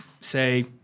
say